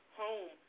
home